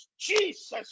Jesus